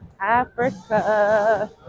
Africa